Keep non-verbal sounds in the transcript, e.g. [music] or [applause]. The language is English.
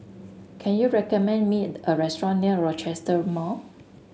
can you recommend me [unintelligible] a restaurant near Rochester Mall